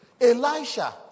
Elisha